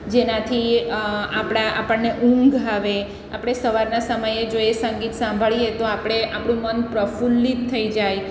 જેનાથી આપણા આપણને ઊંઘ આવે આપણે સવારના સમયે જો એ સંગીત સાંભળીએ તો આપણે આપણું મન પ્રફુલ્લીત થઈ જાય